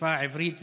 לשפה העברית,